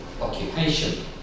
occupation